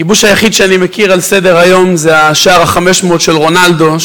הכיבוש היחיד שאני מכיר על סדר-היום זה השער ה-500 של רונאלדו,